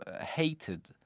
hated